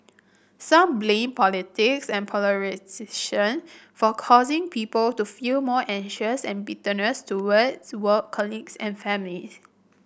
some blame politics and polarisation for causing people to feel more and bitterness towards work colleagues and family